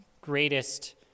greatest